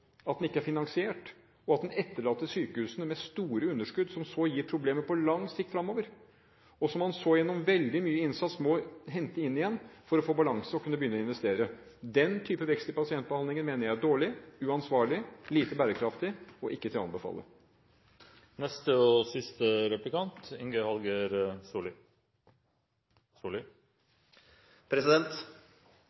at den er uten kontroll, at den ikke er finansiert, og at den etterlater sykehusene med store underskudd, noe som igjen gir problemer på lang sikt fremover, og som man så gjennom veldig mye innsats må hente inn igjen for å få balanse og kunne begynne å investere. Den type vekst i pasientbehandlingen mener jeg er dårlig, uansvarlig, lite bærekraftig og ikke å anbefale. De som er avhengige av rusmidler, trenger behandling, helsehjelp og